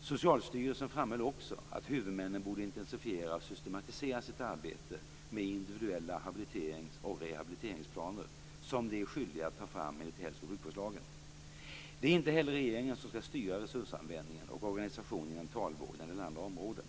Socialstyrelsen framhöll också att huvudmännen borde intensifiera och systematisera sitt arbete med individuella habiliterings och rehabiliteringsplaner som de är skyldiga att ta fram enligt hälso och sjukvårdslagen. Det är inte heller regeringen som skall styra resursanvändningen och organisationen inom talvården eller andra områden.